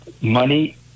money